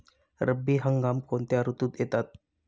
रब्बी हंगाम कोणत्या ऋतूत येतात?